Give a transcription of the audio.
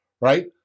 right